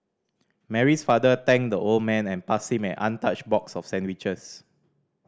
Mary's father thanked the old man and passed him an untouched box of sandwiches